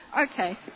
Okay